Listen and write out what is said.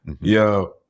Yo